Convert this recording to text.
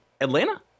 Atlanta